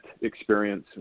experience